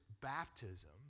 baptism